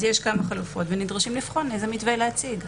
יש כמה חלופות ונדרשים לבחון איזה מתווה להציג.